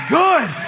good